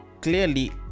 clearly